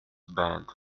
banned